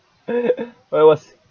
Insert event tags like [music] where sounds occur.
[laughs] but it was